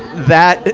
that,